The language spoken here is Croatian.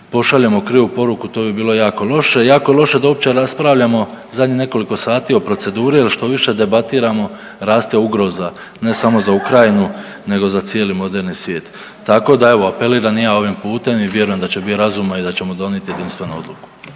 pošaljemo krivu poruku, to bi bilo jako loše, jako loše da uopće raspravljamo zadnjih nekoliko sati o proceduri jer što više debatiramo raste ugroza ne samo za Ukrajinu nego za cijeli moderni svijet. Tako da evo apeliram i ja ovim putem i vjerujem da će bit razuma i da ćemo donijeti jedinstvenu odluku.